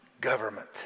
government